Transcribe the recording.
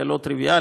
היה לא טריוויאלי,